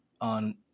on